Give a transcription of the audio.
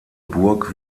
burg